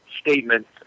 statement